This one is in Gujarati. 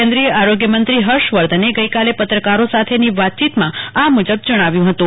કેન્દ્રિય આરોગ્ય મંત્રી હર્ષવધને ગઈકાલે પત્રકારો સાથેની વાતચીતમાં આ મુજબ જણાવ્યું હતુ